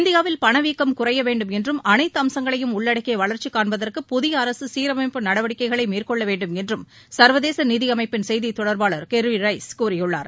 இந்தியாவில் பணவீக்கம் குறைய வேண்டும் என்றும் அனைத்து அம்சங்களையும் உள்ளடக்கிய வளர்ச்சி காண்பதற்கு புதிய அரசு சீரமைப்பு நடவடிக்கைகளை மேற்கொள்ள வேண்டும் என்றும் அமைப்பின் செய்தி தொடர்பாளர் கெர்ரி ரைஸ் கூறியுள்ளார்